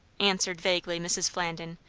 answered vaguely mrs. flandin,